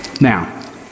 Now